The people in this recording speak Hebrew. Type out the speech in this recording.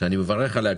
שכמובן אני מברך עליה,